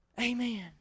Amen